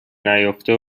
نیافته